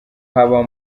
habaho